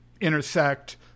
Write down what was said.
intersect